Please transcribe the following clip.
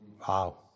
Wow